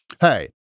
hey